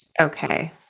Okay